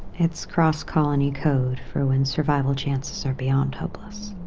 it's cross-colony code for when survival chances are beyond hopeless.